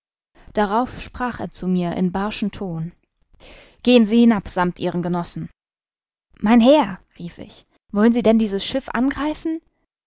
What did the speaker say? darauf sprach er zu mir im barschen ton gehen sie hinab sammt ihren genossen mein herr rief ich wollen sie denn dieses schiff angreifen